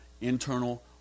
internal